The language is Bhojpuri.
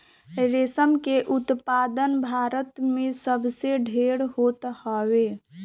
रेशम के उत्पादन भारत में सबसे ढेर होत हवे